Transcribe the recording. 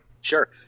Sure